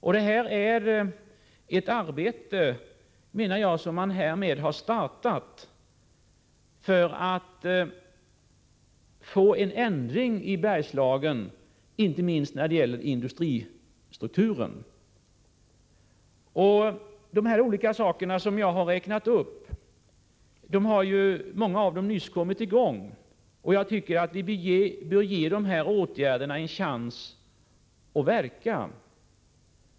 Det här är ett arbete som har startats för att få tillstånd en ändring i Bergslagen, inte minst när det gäller industristrukturen. Många av de olika åtgärder som jag har räknat upp har nyss kommit i gång, och vi bör ge dem en chans att verka.